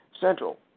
Central